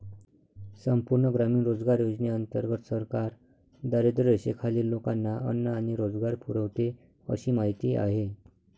संपूर्ण ग्रामीण रोजगार योजनेंतर्गत सरकार दारिद्र्यरेषेखालील लोकांना अन्न आणि रोजगार पुरवते अशी माहिती आहे